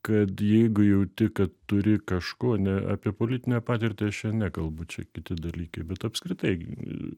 kad jeigu jauti kad turi kažko ne apie politinę patirtį aš čia nekalbu čia kiti dalykai bet apskritai